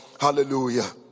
hallelujah